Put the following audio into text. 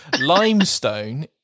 Limestone